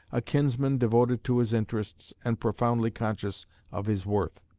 a kinsman devoted to his interests and profoundly conscious of his worth.